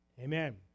Amen